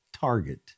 target